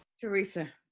Teresa